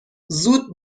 زود